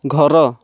ଘର